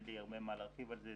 אין לי הרבה מה להרחיב על זה.